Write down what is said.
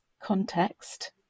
context